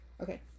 Okay